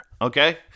Okay